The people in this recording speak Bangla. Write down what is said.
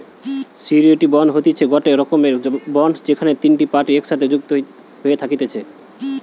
সিওরীটি বন্ড হতিছে গটে রকমের বন্ড যেখানে তিনটে পার্টি একসাথে যুক্ত হয়ে থাকতিছে